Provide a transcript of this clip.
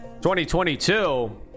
2022